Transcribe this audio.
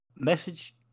Message